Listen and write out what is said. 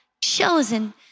chosen